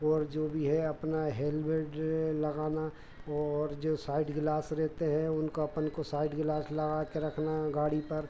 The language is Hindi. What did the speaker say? और जो भी है अपना हेलमेड लगाना और जो साइड गिलास रहते हैं उनको अपन को साइड गिलास लगा के रखना गाड़ी पर